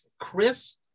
Chris